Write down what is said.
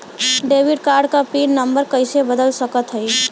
Debit card क PIN number कइसे बदल सकत हई?